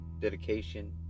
dedication